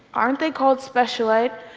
aren't they called special, right?